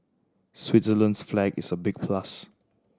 Switzerland's flag is a big plus